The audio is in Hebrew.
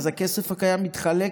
אז הכסף הקיים מתחלק,